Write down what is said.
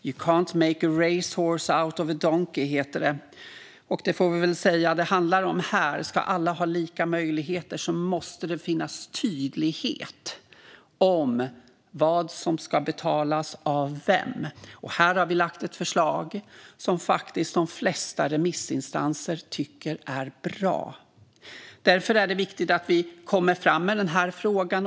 You can ́t make a race horse out of a donkey, heter det. Vi får väl säga att det är vad det handlar om här: om alla ska ha lika möjligheter måste det finnas en tydlighet om vad som ska betalas av vem. Här har vi lagt fram ett förslag som de flesta remissinstanser tycker är bra. Därför är det viktigt att vi kommer fram med frågan.